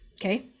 Okay